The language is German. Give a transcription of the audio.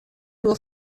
nur